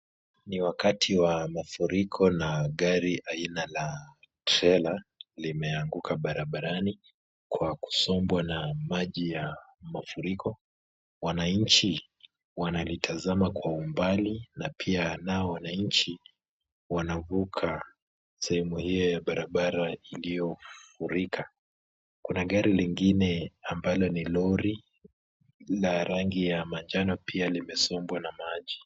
Ni wakati wa mafuriko, na gari aina la trela limeanguka barabarani kwa kusombwa na maji ya mafuriko, wananchi wanalitazama kwa umbali na pia nao wananchi wanavuka sehemu hiyo ya barabara iliyofurika, kuna gari lingine ambalo ni lori la rangi ya manjano pia limesombwa na maji.